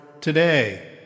today